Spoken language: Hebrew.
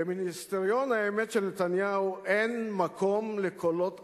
במיניסטריון האמת של נתניהו אין מקום לקולות אחרים,